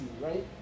right